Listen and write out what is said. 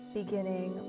beginning